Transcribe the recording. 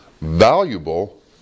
valuable